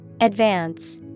Advance